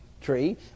tree